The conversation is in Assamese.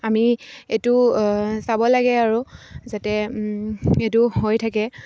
আমি এইটো চাব লাগে আৰু যাতে এইটো হৈ থাকে